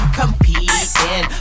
competing